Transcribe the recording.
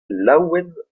laouen